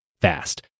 fast